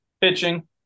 Pitching